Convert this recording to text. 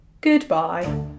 Goodbye